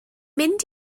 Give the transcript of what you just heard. mynd